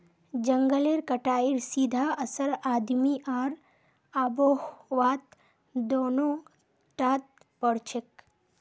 जंगलेर कटाईर सीधा असर आदमी आर आबोहवात दोनों टात पोरछेक